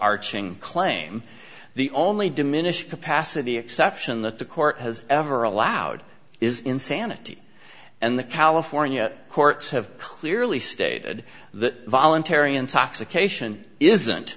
arching claim the only diminished capacity exception that the court has ever allowed is insanity and the california courts have clearly stated that voluntary intoxication isn't